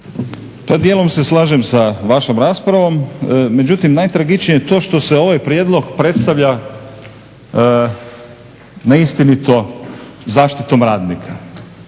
Pa dijelom se slažem sa vašom raspravom. Međutim, najtragičnije je to što se ovaj prijedlog predstavlja na istinito zaštitom radnika.